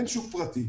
אין שוק פרטי.